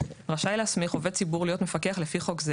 רשאי להסמיך עובד ציבור להיות מפקח לפי חוק זה,